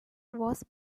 was